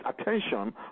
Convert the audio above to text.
attention